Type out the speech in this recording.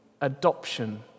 adoption